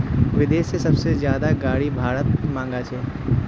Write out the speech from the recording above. विदेश से सबसे ज्यादा गाडी भारत मंगा छे